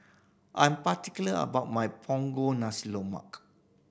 I'm particular about my punggol nasi